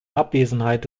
abwesenheit